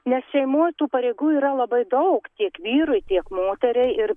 nes šeimoj tų pareigų yra labai daug tiek vyrui tiek moteriai ir